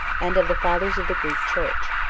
and of the fathers of the greek church.